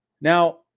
Now